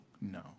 no